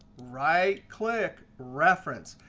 right click, reference.